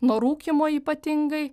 nuo rūkymo ypatingai